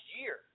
year